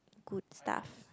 good stuff